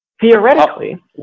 theoretically